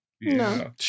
No